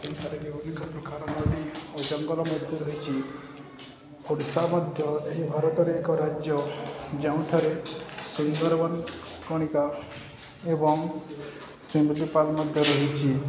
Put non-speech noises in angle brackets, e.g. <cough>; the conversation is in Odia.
<unintelligible> ଅନେକ ପ୍ରକାର ମଧ୍ୟ ଓ ଜଙ୍ଗଲ ମଧ୍ୟ ରହିଛି ଓଡ଼ିଶା ମଧ୍ୟ ଏହି ଭାରତରେ ଏକ ରାଜ୍ୟ ଯେଉଁଠାରେ ସୁନ୍ଦରବନ କଣିକା ଏବଂ ଶିମଳିପାଳ ମଧ୍ୟ ରହିଛି